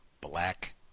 black